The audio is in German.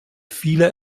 viele